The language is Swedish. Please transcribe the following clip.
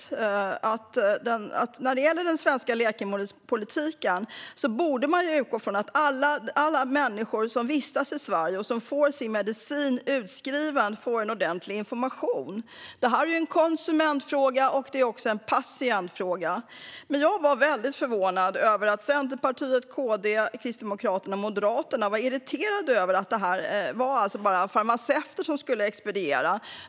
Den svenska läkemedelspolitiken borde ju utgå från att alla människor som vistas i Sverige och får medicin utskriven får ordentlig information. Det är en konsumentfråga och en patientfråga. Jag var väldigt förvånad över att Centerpartiet, Kristdemokraterna och Moderaterna var irriterade över att endast farmaceuter skulle få expediera.